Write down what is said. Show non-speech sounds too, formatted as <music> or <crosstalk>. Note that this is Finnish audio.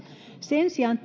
sen sijaan <unintelligible>